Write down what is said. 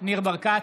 ניר ברקת,